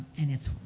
and it's,